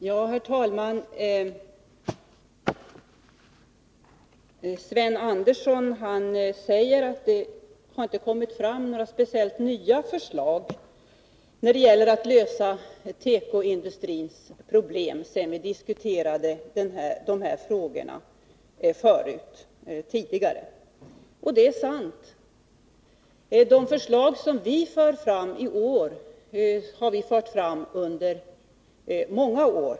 Herr talman! Sven Andersson säger att det inte har kommit fram några speciellt nya förslag när det gäller att lösa tekoindustrins problem sedan vi diskuterade de här frågorna förra gången. Det är sant. De förslag som vi fört fram i år har vi fört fram under många år.